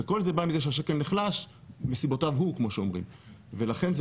וכל זה בא מזה שהשקל נחלש מסיבותיו הוא כמו שאומרים ולכן זה